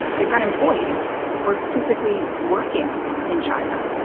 they've got employees who are physically working in china,